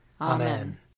Amen